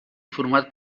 format